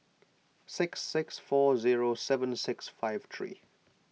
six six four zero seven six five three